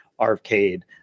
arcade